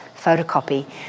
photocopy